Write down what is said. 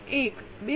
1 બે વખત